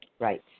Right